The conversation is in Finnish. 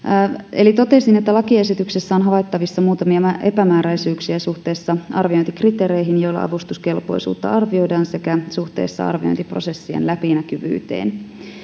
eli totesin että lakiesityksessä on havaittavissa muutamia epämääräisyyksiä suhteessa arviointikriteereihin joilla avustuskelpoisuutta arvioidaan sekä suhteessa arviointiprosessien läpinäkyvyyteen